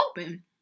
open